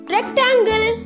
Rectangle